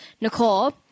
Nicole